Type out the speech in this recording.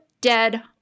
dead